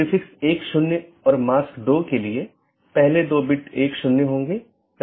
तो यह AS संख्याओं का एक सेट या अनुक्रमिक सेट है जो नेटवर्क के भीतर इस राउटिंग की अनुमति देता है